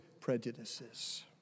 prejudices